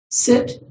sit